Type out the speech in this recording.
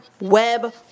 web